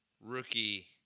rookie